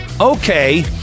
Okay